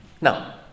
Now